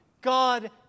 God